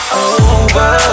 over